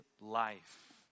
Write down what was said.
life